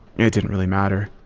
yeah it didn't really matter.